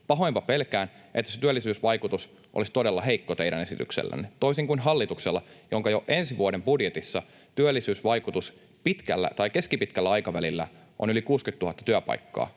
Pahoinpa pelkään, että se työllisyysvaikutus olisi todella heikko teidän esityksellänne toisin kuin hallituksella, jonka jo ensi vuoden budjetissa työllisyysvaikutus pitkällä tai keskipitkällä aikavälillä on yli 60 000 työpaikkaa.